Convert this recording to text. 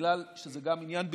בגלל שזה גם עניין בטיחותי,